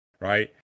right